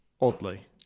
oddly